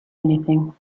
anything